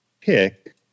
pick